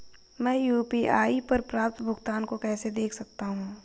मैं यू.पी.आई पर प्राप्त भुगतान को कैसे देख सकता हूं?